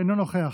אינו נוכח,